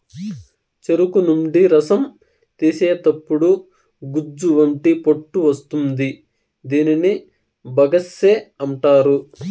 చెరుకు నుండి రసం తీసేతప్పుడు గుజ్జు వంటి పొట్టు వస్తుంది దీనిని బగస్సే అంటారు